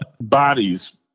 Bodies